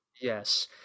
Yes